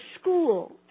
school